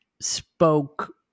spoke